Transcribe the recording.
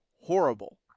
horrible